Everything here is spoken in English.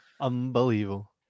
Unbelievable